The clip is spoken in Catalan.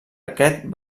aquest